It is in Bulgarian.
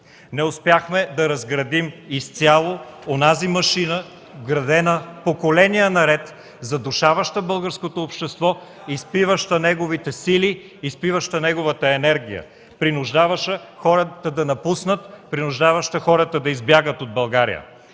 Не успяхме да разградим изцяло онази машина, градена поколения наред, задушаваща българското общество, изпиваща неговите сили, изпиваща неговата енергия, принуждаваща хората да напуснат, принуждаваща хората да избягат от България.